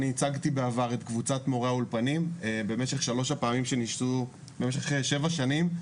אני ייצגתי בעבר את קבוצת מורי האולפנים במשך שבע שנים,